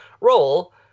role